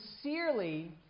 Sincerely